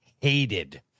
hated